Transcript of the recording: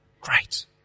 Great